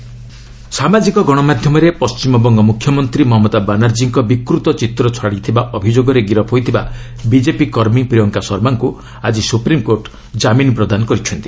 SC Mamata photo ସାମାଜିକ ଗଣମାଧ୍ୟମରେ ପଣ୍ଟିମବଙ୍ଗ ମୁଖ୍ୟମନ୍ତ୍ରୀ ମମତା ବାନାର୍ଜୀଙ୍କ ବିକୃତ ଚିତ୍ର ଛାଡ଼ିଥିବା ଅଭିଯୋଗରେ ଗିରଫ୍ ହୋଇଥିବା ବିଜେପି କର୍ମୀ ପ୍ରିୟଙ୍କା ଶର୍ମାଙ୍କୁ ଆଜି ସୁପ୍ରିମ୍କୋର୍ଟ ଜାମିନ୍ ପ୍ରଦାନ କରିଛନ୍ତି